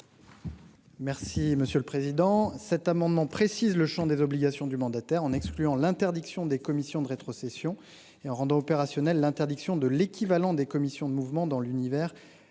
Merci monsieur le président.